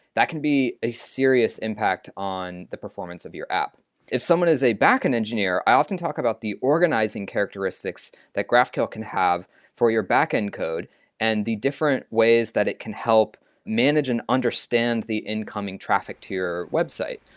that can be a serious impact on the performance of your app if someone is a backend engineer, i often talk about the organizing characteristics that graphql can have for your backend code and the different ways that it can help manage and understand the incoming traffic to your website.